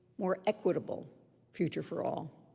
more equitable future for all.